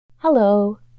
Hello